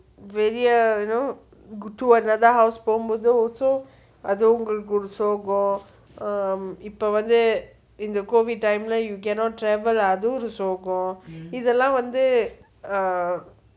வெளிய:veliya you know to another house போகும் போதும் அது உங்களுக்கு ஒரு சோகம் இப்போ வந்து:pogum pothum athu ungalukku oru sogam ippo COVID time[leh] you cannot travel அது ஒரு சோகம் இதெல்லாம் வந்து:athu oru sogam ithellam vanthu um